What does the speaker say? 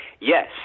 Yes